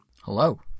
Hello